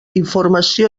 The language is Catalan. informació